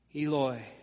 Eloi